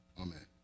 Amen